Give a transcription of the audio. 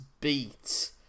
beat